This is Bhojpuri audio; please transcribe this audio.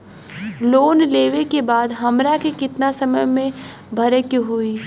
लोन लेवे के बाद हमरा के कितना समय मे भरे के होई?